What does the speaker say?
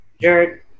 Jared